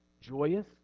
joyous